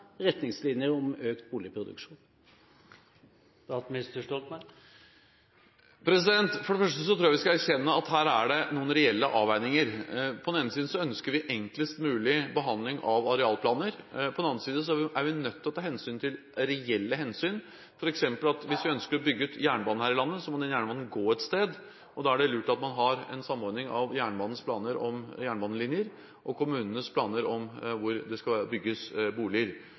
retningslinjer om økt boligproduksjon? For det første tror jeg vi skal erkjenne at det her er noen reelle avveininger. På den ene side ønsker vi enklest mulig behandling av arealplaner. På den annen side er vi nødt til å ta hensyn til reelle hensyn, f.eks. at hvis vi ønsker å bygge ut jernbane her i landet, må den jernbanen gå et sted, og da er det lurt at man har en samordning av jernbanens planer om jernbanelinjer og kommunenes planer om hvor det skal bygges boliger.